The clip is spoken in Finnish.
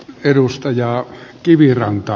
arvoisa puhemies